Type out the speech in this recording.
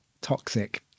Toxic